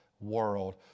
world